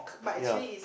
ya